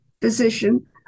physician